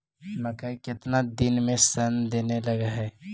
मकइ केतना दिन में शन देने लग है?